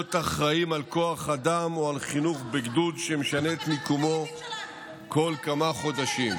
להיות אחראים לכוח אדם או לחינוך בגדוד שמשנה את מיקומו כל כמה חודשים.